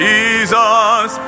Jesus